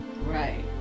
right